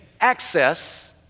access